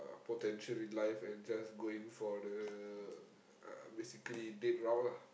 uh potential in life and just going for the uh basically dead round ah